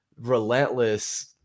relentless